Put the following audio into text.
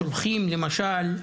שולחים למשל,